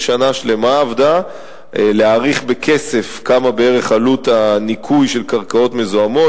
עבדה שנה שלמה להעריך בכסף מה עלות הניקוי של קרקעות מזוהמות.